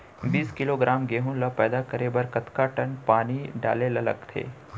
बीस किलोग्राम गेहूँ ल पैदा करे बर कतका टन पानी डाले ल लगथे?